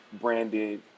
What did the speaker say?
branded